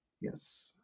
Yes